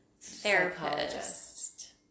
Therapist